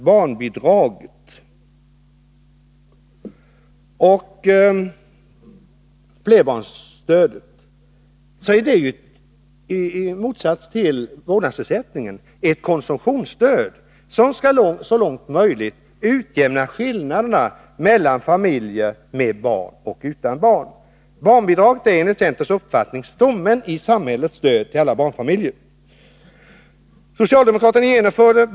Barnbidrag och flerbarnsstöd är i motsats till vårdnadsersättningen ett konsumtionsstöd, som så långt möjligt skall utjämna skillnaden mellan familjer med barn och familjer utan barn. Barnbidraget är enligt centerns uppfattning stommen i samhällets stöd till alla barnfamiljer.